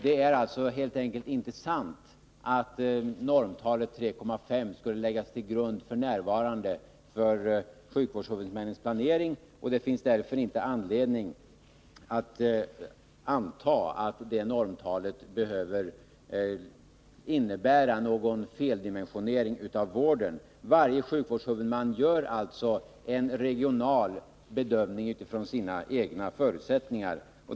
Det är helt enkelt inte sant att normtalet 3,5 skall läggas till grund f. n. för sjukvårdshuvudmännens planering. Det finns därför inte anledning att anta att detta normtal behöver innebära någon feldimensionering av vården. Varje sjukvårdshuvudman gör en regional bedömning utifrån sina egna förutsättningar.